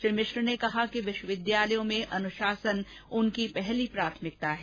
श्री मिश्र ने कहा कि विश्वविद्यालयों में अनुशासन उनकी पहली प्राथमिकता है